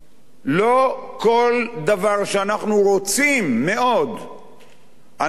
לא כל דבר שאנחנו רוצים מאוד אנחנו יכולים